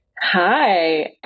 Hi